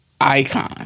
Icon